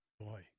Boy